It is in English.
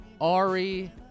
Ari